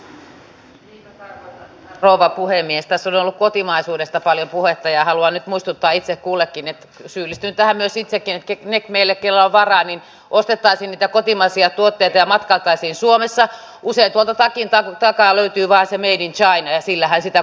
olin pari viikkoa sitten sellaisessa keskustelutilaisuudessa jossa käytiin läpi esimerkiksi apottia ja siellä olivat aika monet sitä mieltä että vaikka on käytetty satoja miljoonia euroja niin edelleenkään se järjestelmä ei ole sellainen aidosti asiakaslähtöinen järjestelmä